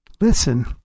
Listen